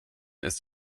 ist